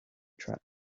track